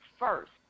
First